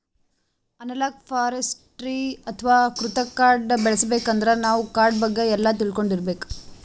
analogue forestry ಅಥವಾ ಕೃತಕ್ ಕಾಡ್ ಬೆಳಸಬೇಕಂದ್ರ ನಾವ್ ಕಾಡ್ ಬಗ್ಗೆ ಎಲ್ಲಾ ತಿಳ್ಕೊಂಡಿರ್ಬೇಕ್